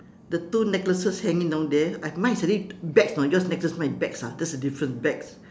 the two necklaces hanging down there I've mine is already bags know yours necklace my bags ah that's the difference bags